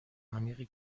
عمیقی